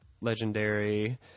legendary